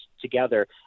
together